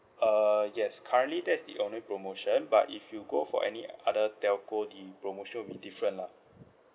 uh yes currently that's the only promotion but if you go for any other telco the promotion will be different lah